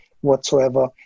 whatsoever